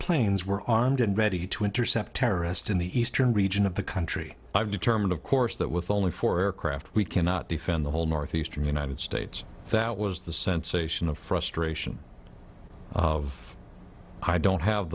planes were armed and ready to intercept terrorists in the eastern region of the country i've determined of course that with only four aircraft we cannot defend the whole northeastern united states that was the sensation of frustration of i don't have